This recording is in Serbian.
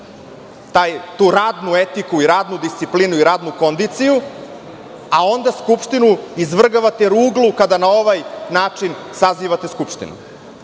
tu radnu etiku, tu radnu disciplinu, radnu kondiciju, a onda Skupštinu izvrgavate ruglu kada na ovaj način sazivate Skupštinu.